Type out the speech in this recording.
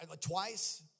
twice